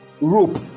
rope